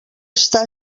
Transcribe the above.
està